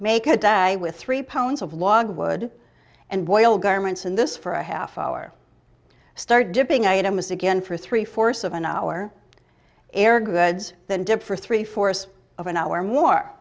make a day with three pounds of log of wood and boil garments in this for a half hour start dipping item is again for three fourths of an hour ere goods than dip for three fourths of an hour mor